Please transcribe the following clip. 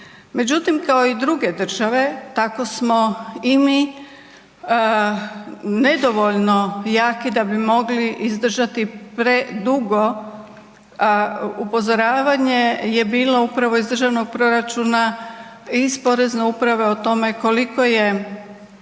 Međutim, kao i druge države, tako smo i mi nedovoljno jaki da bi mogli izdržati predugo. Upozoravanje je bilo upravo iz državnog proračuna iz Porezne uprave o tome koliko je